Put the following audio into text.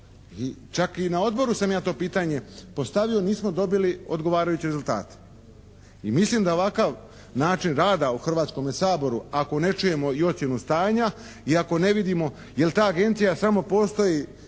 Čak i na odboru sam ja to pitanje postavio i nismo dobili odgovarajuće rezultate. I mislim da ovakav način rada u Hrvatskome saboru ako ne čujemo i ocjenu stanja i ako ne vidimo je li ta agencija samo postoji